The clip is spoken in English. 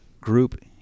Group